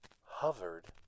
hovered